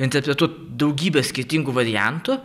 interpretuot daugybe skirtingų variantų